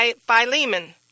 Philemon